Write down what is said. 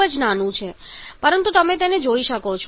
પરંતુ તમે તેને જોઇ શકો છો